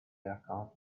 account